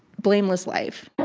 blameless life.